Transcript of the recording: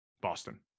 Boston